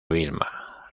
vilma